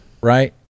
Right